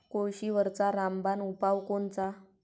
कोळशीवरचा रामबान उपाव कोनचा?